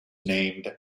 named